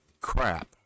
crap